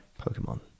Pokemon